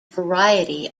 variety